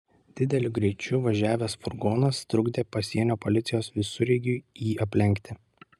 dideliu greičiu važiavęs furgonas trukdė pasienio policijos visureigiui jį aplenkti